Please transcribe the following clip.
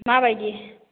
माबायदि